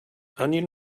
onion